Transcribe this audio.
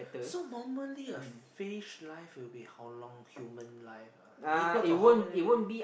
so normally a fish life will be how long human life equal to how many